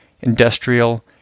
industrial